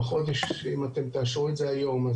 אתם תאשרו את זה היום,